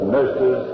Nurses